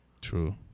True